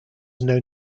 known